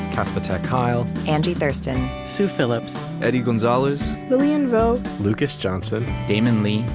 casper ter kuile, angie thurston, sue phillips, eddie gonzalez, lilian vo, lucas johnson, damon lee,